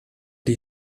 die